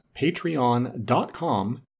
patreon.com